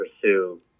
pursue